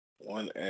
One